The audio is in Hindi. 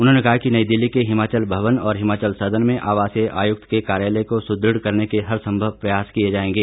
उन्होंने कहा कि नई दिल्ली के हिमाचल भवन और हिमाचल सदन में आवासीय आयुक्त के कार्यालय को सुदृढ़ करने के हरसंभव प्रयास किए जाएंगे